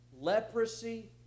Leprosy